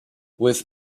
with